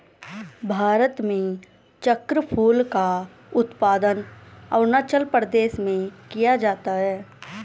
भारत में चक्रफूल का उत्पादन अरूणाचल प्रदेश में किया जाता है